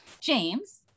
James